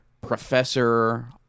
professor